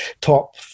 top